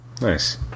Nice